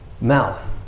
mouth